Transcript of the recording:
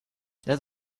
that